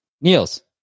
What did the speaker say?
Niels